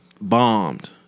Bombed